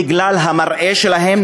בגלל המראה שלהם,